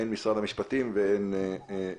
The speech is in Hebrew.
הן משרד המשפטים והן את.